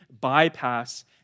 bypass